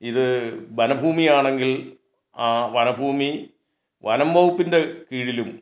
ഇത് വനഭൂമിയാണെങ്കിൽ ആ വനഭൂമി വനം വകുപ്പിൻ്റെ കീഴിലും